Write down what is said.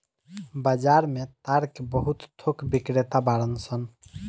बाजार में ताड़ के बहुत थोक बिक्रेता बाड़न सन